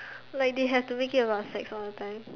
like they have to make it about sex all the time